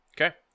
Okay